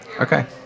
Okay